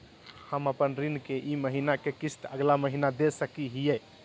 हम अपन ऋण के ई महीना के किस्त अगला महीना दे सकी हियई?